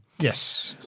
Yes